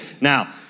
now